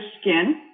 skin